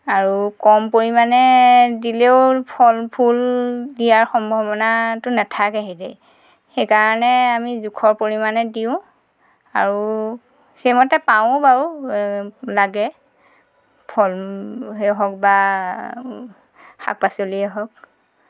আৰু কম পৰিমাণে দিলেও ফল ফূল দিয়াৰ সম্ভাৱনাটো নাথাকেহে দেই সেইকাৰণে আমি জোখৰ পৰিমাণে দিওঁ আৰু সেইমতে পাওঁ বাৰু লাগে ফলে হওক বা শাক পাচলিয়ে হওক